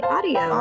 Audio